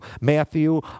Matthew